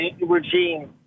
regime